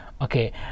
Okay